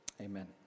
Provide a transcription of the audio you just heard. Amen